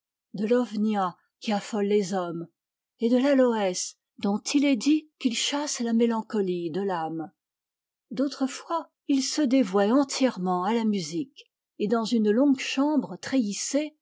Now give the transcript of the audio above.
qui affole les hommes et de l'aloès dont il est dit qu'il chasse la mélancolie de l'ame d'autres fois il se dévouait entièrement à la musique et dans une longue chambre